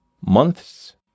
months